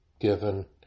given